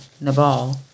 Nabal